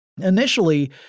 Initially